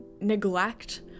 neglect